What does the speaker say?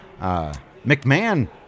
McMahon